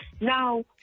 Now